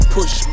Push